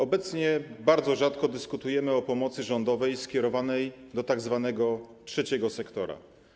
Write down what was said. Obecnie bardzo rzadko dyskutujemy o pomocy rządowej skierowanej do tzw. trzeciego sektora.